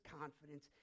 confidence